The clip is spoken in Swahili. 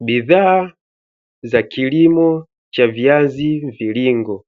Bidhaa za kilimo cha viazi mviringo